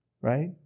Right